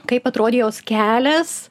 kaip atrodė jos kelias